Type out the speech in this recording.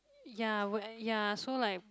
ya would I ya so like